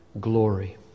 glory